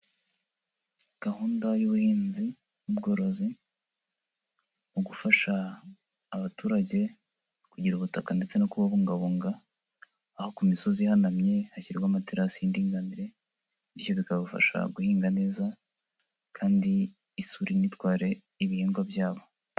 Gahunda y'ubuhinzi n'ubworozi mu gufasha abaturage kugira ubutaka ndetse no kububungabunga aho ku misozi ihanamye hashyirwamo amaterasi y'indinganire bityo bikabafasha guhinga neza kandi isuri ntitware ibihingwa byabo.